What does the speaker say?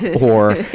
or,